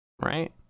right